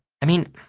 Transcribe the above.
i mean,